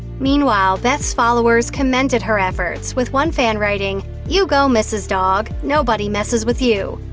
meanwhile, beth's followers commended her efforts, with one fan writing, you go mrs dog. nobody messes with you.